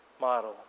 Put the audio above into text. model